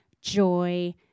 joy